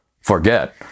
forget